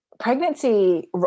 pregnancy